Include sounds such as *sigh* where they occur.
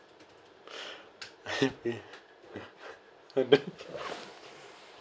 *breath* *laughs*